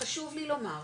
חשוב לי לומר,